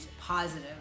positive